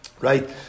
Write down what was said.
Right